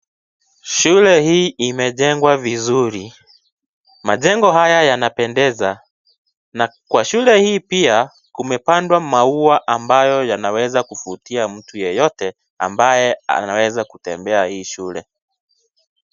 Shule hii imejengwa vizuri, majengo haya yanapendeza na kwa shule hii pia kumepandwa maua ambayo yanaweza kuvutia mtu yeyote ambaye anaweza kutembea hii shule.